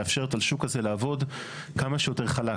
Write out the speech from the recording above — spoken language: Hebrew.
היא לאפשר לשוק הזה לעבוד כמה שיותר חלק,